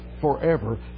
forever